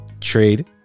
trade